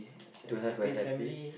to have a happy